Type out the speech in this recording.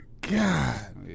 god